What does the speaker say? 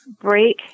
break